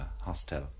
hostel